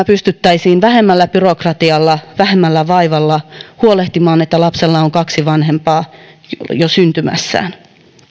pystyttäisiin vähemmällä byrokratialla vähemmällä vaivalla huolehtimaan että lapsella on kaksi vanhempaa jo syntymässään